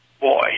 Boy